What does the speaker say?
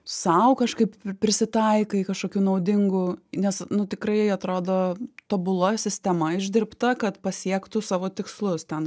sau kažkaip prisitaikai kažkokių naudingų nes nu tikrai atrodo tobula sistema išdirbta kad pasiektų savo tikslus ten